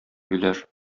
юләр